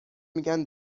میگن